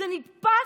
וזה נתפס,